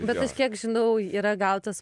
bet aš kiek žinau yra gautas